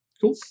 Cool